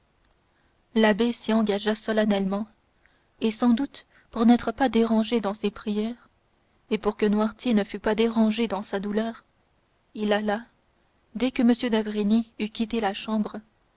l'abbé s'y engagea solennellement et sans doute pour n'être pas dérangé dans ses prières et pour que noirtier ne fût pas dérangé dans sa douleur il alla dès que m d'avrigny eut quitté la chambre